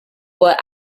would